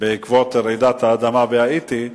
בעקבות רעידת האדמה בהאיטי,